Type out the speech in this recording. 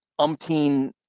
umpteen